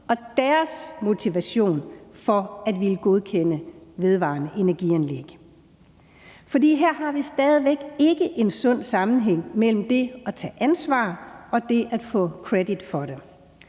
og deres motivation for at ville godkende vedvarende energi-anlæg, for her har vi stadig væk ikke en sund sammenhæng mellem det at tage ansvar og det at få credit for det,